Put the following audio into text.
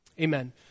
amen